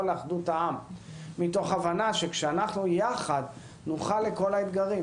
לאחדות העם מתוך הבנה שכשאנחנו יחד נוכל לכל האתגרים,